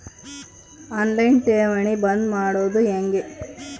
On line ಠೇವಣಿ ಬಂದ್ ಮಾಡೋದು ಹೆಂಗೆ?